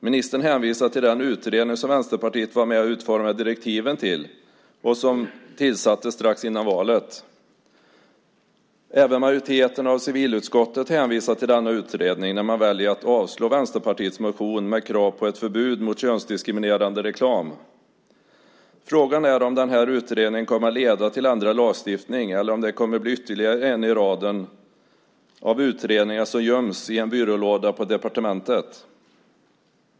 Ministern hänvisade till den utredning som Vänsterpartiet var med och utformade direktiven till och som tillsattes strax före valet. Även majoriteten i civilutskottet hänvisar till denna utredning när man väljer att avstyrka Vänsterpartiets motion med krav på ett förbud mot könsdiskriminerande reklam. Frågan är om den här utredningen kommer att leda till ändrad lagstiftning eller om den kommer att bli ytterligare en i raden av utredningar som göms i en byrålåda på departementet.